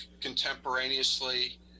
contemporaneously